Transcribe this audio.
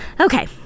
Okay